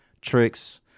tricks